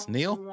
Neil